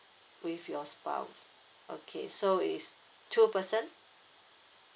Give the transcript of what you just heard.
with your spouse okay so it's two person